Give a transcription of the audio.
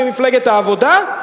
ממפלגת העבודה.